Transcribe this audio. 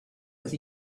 with